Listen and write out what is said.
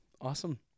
Awesome